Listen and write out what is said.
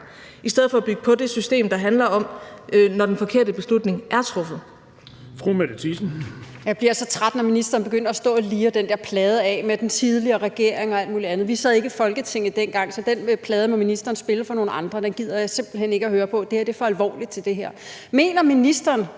Bonnesen): Fru Mette Thiesen. Kl. 17:09 Mette Thiesen (NB): Jeg bliver så træt, når ministeren begynder at stå og lire den der plade af med den tidligere regering og alt muligt andet. Vi sad ikke i Folketinget dengang, så den plade må ministeren spille for nogle andre. Den gider jeg simpelt hen ikke at høre på, for det er det her for alvorligt til. Mener ministeren